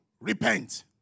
repent